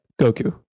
Goku